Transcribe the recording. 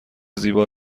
زیبا